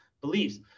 beliefs